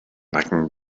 nacken